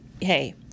hey